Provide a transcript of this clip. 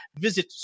Visit